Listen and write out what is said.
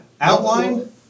Outline